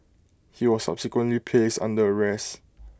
he was subsequently placed under arrest